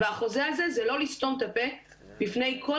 והחוזה הזה הוא לא לסתום את הפה בפני כל